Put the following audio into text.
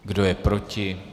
Kdo je proti?